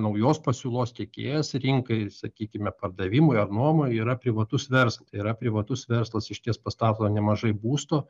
naujos pasiūlos tiekėjas rinkai sakykime pardavimui ar nuomai yra privatus vers tai yra privatus verslas išties pastato nemažai būstų